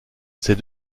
ses